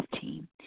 team